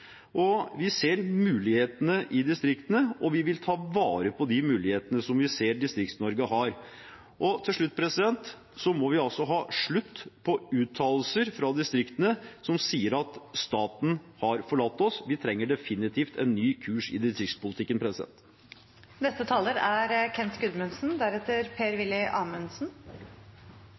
Vi ser mulighetene i distriktene, og vi vil ta vare på de mulighetene vi ser Distrikts-Norge har. Til slutt: Vi må ha slutt på uttalelser fra distriktene som sier at staten har forlatt dem. Vi trenger definitivt en ny kurs i distriktspolitikken.